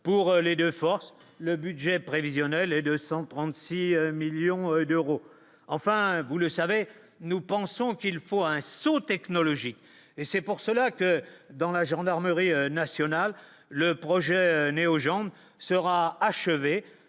pour le et de force le budget prévisionnel est de 136 millions d'euros, enfin vous le savez, nous pensons qu'il faut un saut technologique et c'est pour cela que dans la gendarmerie nationale, le projet Neo jambes sera achevé